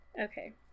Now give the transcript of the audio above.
okay